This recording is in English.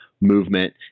movement